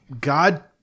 God